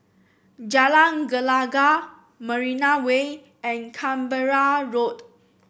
Jalan Gelegar Marina Way and Canberra Road